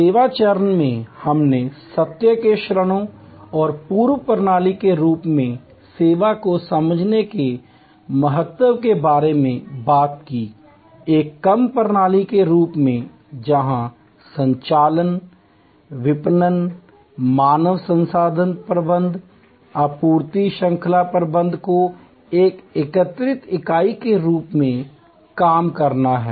सेवा चरण में हमने सत्य के क्षणों और पूर्ण प्रणाली के रूप में सेवा को समझने के महत्व के बारे में बात की एक कम प्रणाली के रूप में जहां संचालन विपणन मानव संसाधन प्रबंधन आपूर्ति श्रृंखला प्रबंधन को एक एकीकृत इकाई के रूप में काम करना है